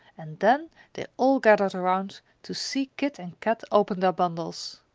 and then they all gathered around to see kit and kat open their bundles.